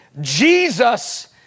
Jesus